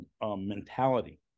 mentality